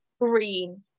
green